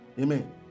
Amen